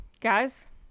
guys